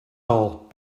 all